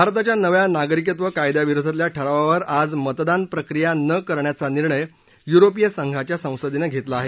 भारताच्या नव्या नागरिकत्व कायद्याविरोधातल्या ठरावावर आज मतदान प्रक्रिया न करण्याचा निर्णय युरोपीय संघाच्या संसदेनं घेतला आहे